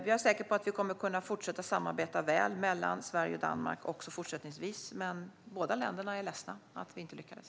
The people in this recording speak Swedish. Jag är säker på att Sverige och Danmark kommer att kunna fortsätta ha ett bra samarbete. Men båda länderna är ledsna över att vi inte lyckades.